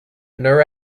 nur